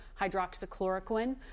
hydroxychloroquine